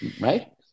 Right